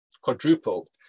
quadrupled